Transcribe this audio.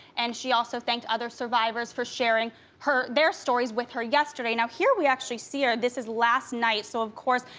and she also thanked other survivors for sharing their stories with her yesterday. now, here we actually see her. this is last night. so of course,